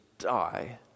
die